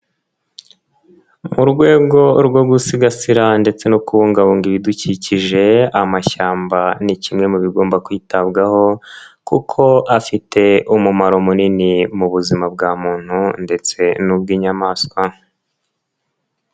Mu rwego rwo gusigasira ndetse no kubungabunga ibidukikije, amashyamba ni kimwe mu bigomba kwitabwaho kuko afite umumaro munini, mu buzima bwa muntu ndetse n'ubw'inyamaswa.